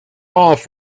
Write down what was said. off